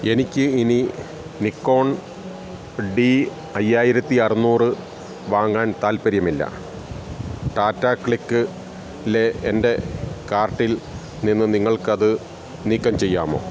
എനിക്ക് ഇനി Nikon D അയ്യായിരത്തി അറുന്നൂറ് വാങ്ങാൻ താൽപ്പര്യമില്ല ടാറ്റ ക്ലിക്കിലെ എൻ്റെ കാർട്ടിൽ നിന്ന് നിങ്ങൾക്കത് നീക്കം ചെയ്യാമോ